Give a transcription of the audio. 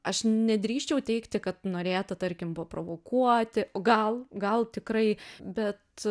aš nedrįsčiau teigti kad norėta tarkim paprovokuoti gal gal tikrai bet